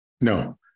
No